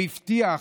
והבטיח,